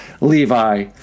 Levi